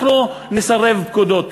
אנחנו נסרב פקודות.